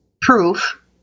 proof